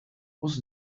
was